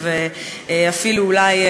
ואפילו אולי,